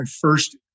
first